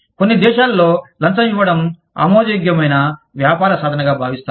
కొన్ని దేశాలలో లంచం ఇవ్వడం ఆమోదయోగ్యమైన వ్యాపార సాధనగా భావిస్తారు